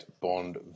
Bond